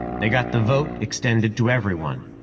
they got the vote extended to everyone.